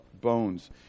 bones